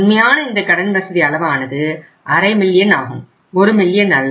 உண்மையான இந்த கடன் வசதி அளவானது அரை மில்லியன் ஆகும் ஒரு மில்லியன் அல்ல